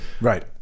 Right